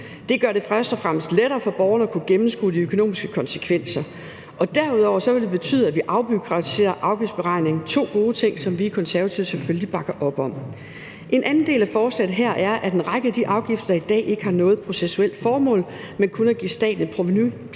Det gør det først og fremmest lettere for borgerne at kunne gennemskue de økonomiske konsekvenser. Derudover vil det betyde, at vi afbureaukratiserer afgiftsberegningen. Det er to gode ting, som vi Konservative selvfølgelig bakker op om. En anden del af forslaget her er, at en række af de afgifter, der i dag ikke har noget processuelt formål, men kun at give staten et provenu,